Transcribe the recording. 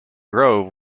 grove